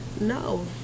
No